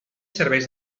serveix